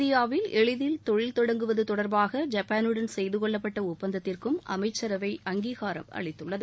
இந்தியாவில் எளிதில் தொழில் தொடங்குவது தொடர்பாக ஜப்பானுடன் செய்துகொள்ளப்பட்ட ஒப்பந்தத்திற்கும் அமைச்சரவை அங்கீகாரம் அளித்துள்ளது